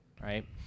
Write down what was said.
right